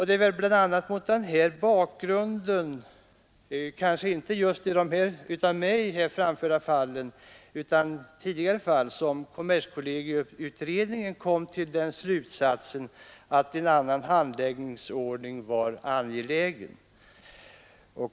Det är väl mot bakgrunden av tidigare liknande fall som kommerskollegieutredningen kommit till slutsatsen att en annan handläggningsordning var angelägen.